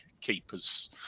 keeper's